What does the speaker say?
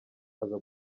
aza